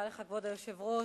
כבוד היושב-ראש,